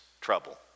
trouble